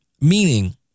meaning